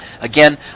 Again